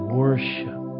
worship